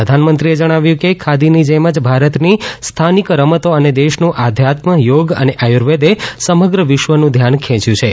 પ્રધાનમંત્રીએ કહ્યું કે ખાદીની જેમ જ ભારતની સ્થાનીક રમતો અને દેશનું આધ્યાત્મ યોગ અને આયુર્વેદે સમગ્ર વિશ્વનું ધ્યાન ખેંચ્યું છે